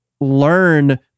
learn